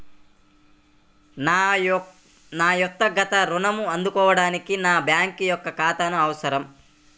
నా వక్తిగత ఋణం అందుకోడానికి నాకు బ్యాంక్ ఖాతా అవసరమా?